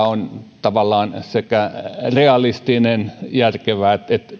on tavallaan sekä realistista järkevää